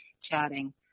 chatting